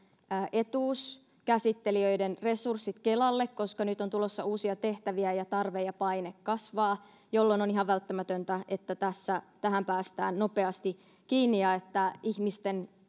etuuskäsittelijöiden resurssit kelalle koska nyt on tulossa uusia tehtäviä ja tarve ja paine kasvavat jolloin on ihan välttämätöntä että tähän päästään nopeasti kiinni ja että ihmisten